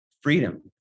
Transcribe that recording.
freedom